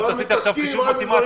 פשוט עשיתי עכשיו חישוב מתמטי.